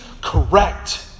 correct